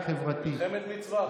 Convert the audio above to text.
קרא בתורה.